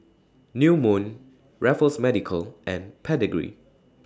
New Moon Raffles Medical and Pedigree